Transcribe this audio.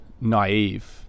naive